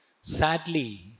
Sadly